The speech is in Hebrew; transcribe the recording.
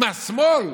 עם השמאל.